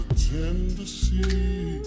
tendency